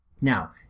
Now